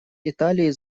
италии